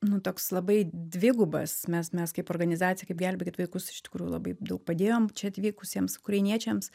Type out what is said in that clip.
nu toks labai dvigubas mes mes kaip organizacija kaip gelbėkit vaikus iš tikrųjų labai daug padėjom čia atvykusiems ukrainiečiams